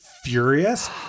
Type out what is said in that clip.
furious